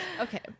Okay